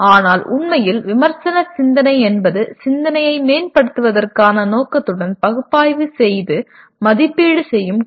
ஆனால் உண்மையில் விமர்சன சிந்தனை என்பது சிந்தனையை மேம்படுத்துவதற்கான நோக்கத்துடன் பகுப்பாய்வு செய்து மதிப்பீடு செய்யும் கலை